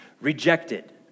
rejected